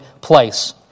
place